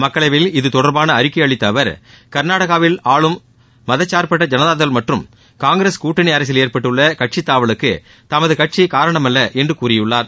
மக்களவையில் இது தொடர்பாக அறிக்கை அளித்த அவர் கர்நாடகாவில் ஆளும் மதசார்பற்ற ஜனதாதள் மற்றம் காங்கிரஸ் கூட்டணி அரசில் ஏற்பட்டுள்ள கட்சித் தாவலுக்கு தமது கட்சி காரணமல்ல என்று கூறியுள்ளார்